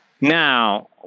Now